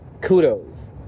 Kudos